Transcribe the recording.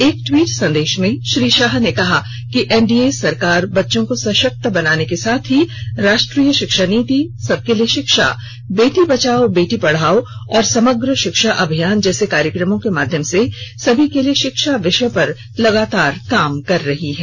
एक टवीट संदेश मे श्री शाह ने कहा कि एनडीए सरकार बच्चों को सशक्त बनाने के साथ ही राष्ट्रीय शिक्षा नीति सबके लिए शिक्षा बेटी बचाओ बेटी पढाओ और समग्र शिक्षा अभियान जैसे कार्यक्रमों के माध्यम से सभी के लिए शिक्षा विषय पर लगातार काम कर रही है